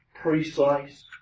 precise